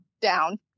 down